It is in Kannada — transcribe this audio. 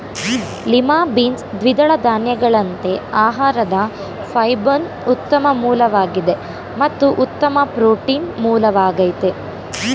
ಲಿಮಾ ಬೀನ್ಸ್ ದ್ವಿದಳ ಧಾನ್ಯಗಳಂತೆ ಆಹಾರದ ಫೈಬರ್ನ ಉತ್ತಮ ಮೂಲವಾಗಿದೆ ಮತ್ತು ಉತ್ತಮ ಪ್ರೋಟೀನ್ ಮೂಲವಾಗಯ್ತೆ